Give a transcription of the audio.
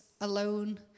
alone